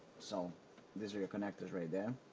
so these are your connectors right there.